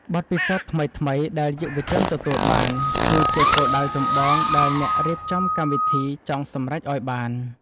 បទពិសោធន៍ថ្មីៗដែលយុវជនទទួលបានគឺជាគោលដៅចម្បងដែលអ្នករៀបចំកម្មវិធីចង់សម្រេចឱ្យបាន។